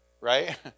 Right